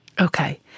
Okay